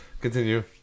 Continue